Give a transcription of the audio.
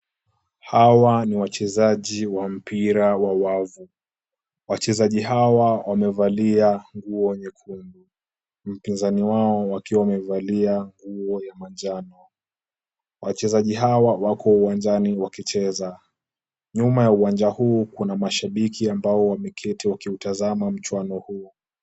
Hawa ni wachezaji wa mpira wa wavu. Wachezaji hawa wamevalia nguo nyekundu, wapinzani wao wakiwa wamevalia nguo ya manjano. Wachezaji hawa wako uwanjani wakicheza. Nyuma ya uwanja huu kuna mashabiki ambao wameketi wakiutazama mchuano huo.